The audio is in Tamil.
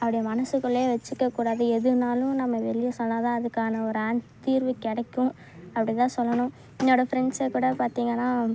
அப்படியே மனசுக்குள்ளே வச்சுக்க கூடாது எதுனாலும் நம்ம வெளிய சொன்னால் தான் அதுக்கான ஒரு ஆன் தீர்வு கிடைக்கும் அப்படி தான் சொல்லணும் என்னோட ஃப்ரெண்ட்ஸ் கூட பார்த்திங்கனா